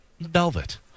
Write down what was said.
velvet